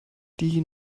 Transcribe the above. die